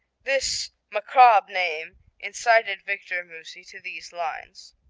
this macabre name incited victor meusy to these lines